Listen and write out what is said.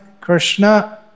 Krishna